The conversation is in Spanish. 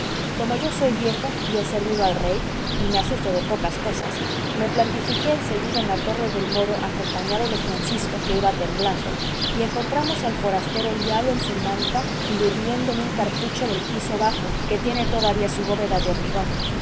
como yo soy viejo y he servido al rey y me asusto de pocas cosas me plantifiqué en seguida en la torre del moro acompañado de francisco que iba temblando y encontramos al forastero liado en su manta y durmiendo en un cuartucho del piso bajo que tiene todavía su bóveda de hormigón